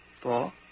Four